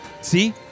See